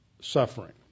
suffering